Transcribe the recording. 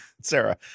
Sarah